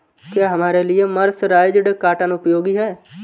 क्या हमारे लिए मर्सराइज्ड कॉटन उपयोगी है?